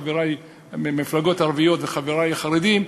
חברי מהמפלגות הערביות וחברי החרדים,